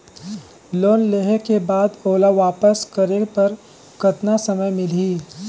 Loan लेहे के बाद ओला वापस करे बर कतना समय मिलही?